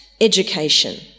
education